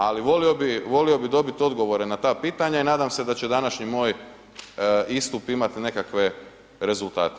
Ali volio bih dobiti odgovore na ta pitanja i nadam se da će današnji moj istup imati nekakve rezultate.